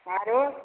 आरो